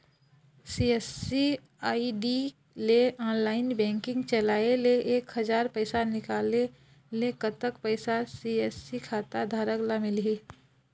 CSC ID ले online banking चलाए ले एक हजार पैसा निकाले ले कतक पैसा सी.एस.सी खाता धारक ला मिलही?